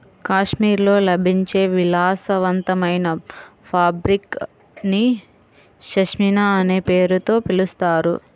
కాశ్మీర్లో లభించే విలాసవంతమైన ఫాబ్రిక్ ని పష్మినా అనే పేరుతో పిలుస్తారు